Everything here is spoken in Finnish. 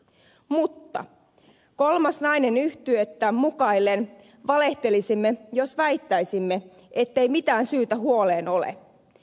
mutta kolmas nainen yhtyettä mukaillen valehtelisimme jos väittäisimme ettei mitään syytä huoleen ole